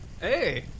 Hey